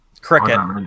Cricket